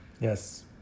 Yes